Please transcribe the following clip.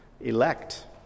Elect